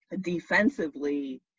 defensively